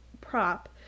prop